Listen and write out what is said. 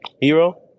Hero